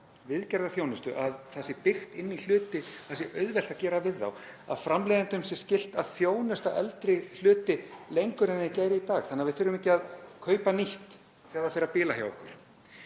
viðgerðarþjónustu, að það sé byggt inn í hluti að það sé auðvelt að gera við þá og að framleiðendum sé skylt að þjónusta eldri hluti lengur en þeir gera í dag þannig að við þurfum ekki að kaupa nýtt þegar eitthvað fer að bila hjá okkur.